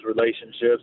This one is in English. relationships